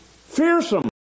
Fearsome